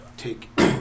take